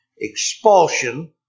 expulsion